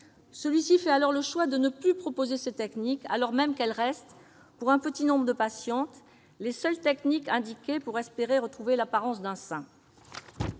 Celui-ci fait alors le choix de ne plus proposer ces techniques alors même qu'elles restent, pour un petit nombre de patientes, les seules techniques indiquées pour espérer retrouver l'apparence d'un sein.